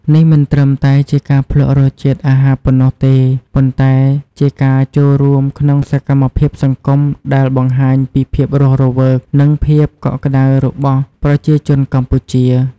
នេះមិនត្រឹមតែជាការភ្លក្សរសជាតិអាហារប៉ុណ្ណោះទេ ប៉ុន្តែជាការចូលរួមក្នុងសកម្មភាពសង្គមដែលបង្ហាញពីភាពរស់រវើក និងភាពកក់ក្តៅរបស់ប្រជាជនកម្ពុជា។